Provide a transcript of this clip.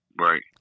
Right